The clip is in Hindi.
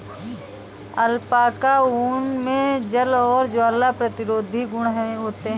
अलपाका ऊन मे जल और ज्वाला प्रतिरोधी गुण होते है